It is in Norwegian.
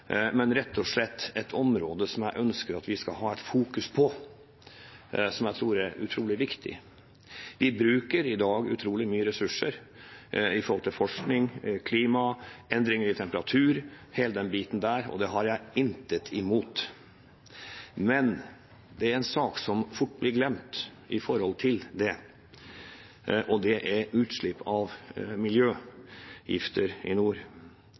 rett og slett et område jeg ønsker at vi skal fokusere på, og som jeg tror er utrolig viktig. Vi bruker i dag utrolig mye ressurser på forskning, klima, endringer i temperatur og hele den biten, og det har jeg intet imot. Men det er en sak som fort blir glemt i forhold til dette, og det er utslipp av miljøgifter i nord.